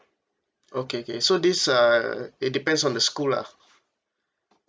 okay K so this uh it depends on the school lah